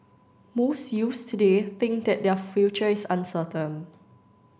most youths today think that their future is uncertain